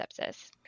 sepsis